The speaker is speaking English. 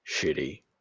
shitty